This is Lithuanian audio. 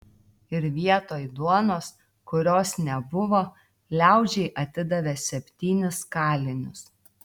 ir vietoj duonos kurios nebuvo liaudžiai atidavė septynis kalinius